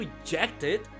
rejected